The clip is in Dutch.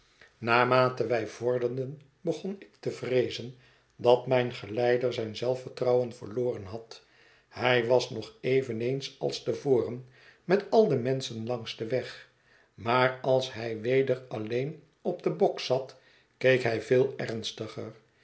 naarmate wij vorderden begon ik te vreezen dat mijn geleider zijn zelfvertrouwen verloren had hij was nog eveneens als te voren met al de menschen langs den weg maar als hij weder alleen op den bok zat keek hij veel ernstiger